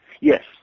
Yes